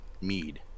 mead